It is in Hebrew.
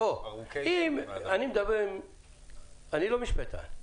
אני לא משפטן.